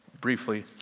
briefly